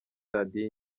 radio